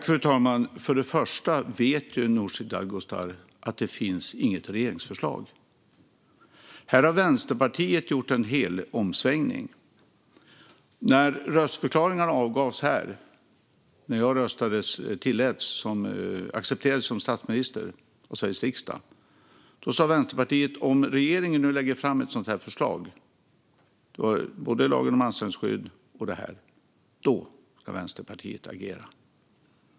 Fru talman! Först och främst vet Nooshi Dadgostar att det inte finns något regeringsförslag. Här har Vänsterpartiet gjort en helomsvängning. När röstförklaringarna avgavs när jag accepterades som statsminister av Sveriges riksdag sa Vänsterpartiet att om regeringen lägger fram ett sådant förslag, lagen om anställningsskydd och marknadshyror, ska Vänsterpartiet agera.